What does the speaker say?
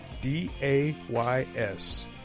D-A-Y-S